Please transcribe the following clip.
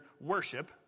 worship